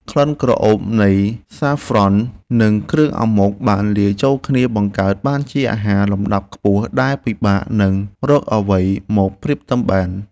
ក្លិនក្រអូបនៃសាហ្វ្រ៉ន់និងគ្រឿងអាម៉ុកបានរលាយចូលគ្នាបង្កើតបានជាអាហារលំដាប់ខ្ពស់ដែលពិបាកនឹងរកអ្វីមកប្រៀបផ្ទឹមបាន។